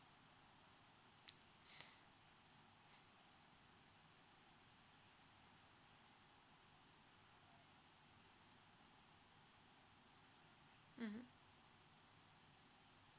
mmhmm